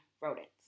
rodents